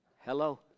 Hello